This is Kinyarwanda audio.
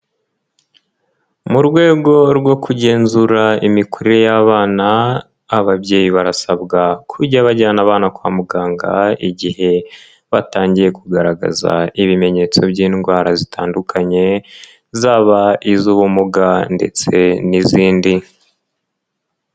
Mu rwego rwo kugenzura imikurire y'abana, ababyeyi barasabwa kujya bajyana abana kwa muganga, igihe batangiye kugaragaza ibimenyetso by'indwara zitandukanye, zaba iz'ubumuga ndetse n'izindi.